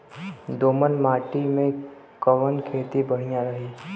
दोमट माटी में कवन खेती बढ़िया रही?